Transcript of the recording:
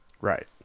right